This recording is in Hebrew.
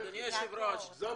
אדוני היושב ראש,